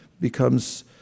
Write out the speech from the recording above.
becomes